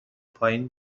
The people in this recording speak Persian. پایین